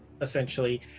essentially